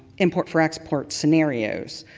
import for export scenarios